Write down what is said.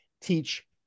teach